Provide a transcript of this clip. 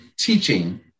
teaching